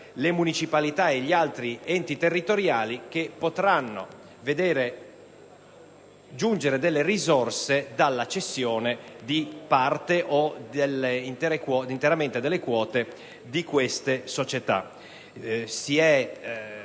le municipalità e gli altri enti territoriali, cui potranno giungere risorse dalla cessione - in parte o per intero - delle quote di queste società.